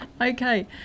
Okay